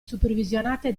supervisionate